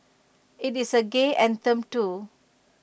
IT is A gay anthem too